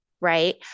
right